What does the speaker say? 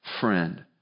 friend